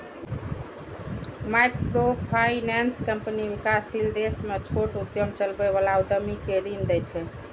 microfinance company विकासशील देश मे छोट उद्यम चलबै बला उद्यमी कें ऋण दै छै